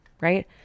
right